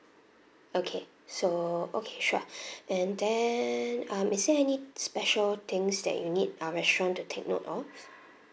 okay so okay sure and then um is there any special things that you need our restaurant to take note of